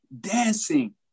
dancing